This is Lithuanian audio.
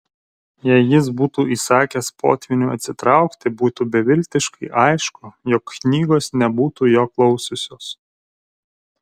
jei jis būtų įsakęs potvyniui atsitraukti būtų beviltiškai aišku jog knygos nebūtų jo klausiusios